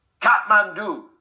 Kathmandu